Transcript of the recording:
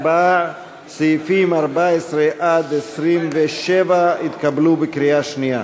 54. סעיפים 14 27 התקבלו בקריאה שנייה.